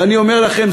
ואני אומר לכם,